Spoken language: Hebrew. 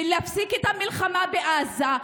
ולהפסיק את המלחמה בעזה.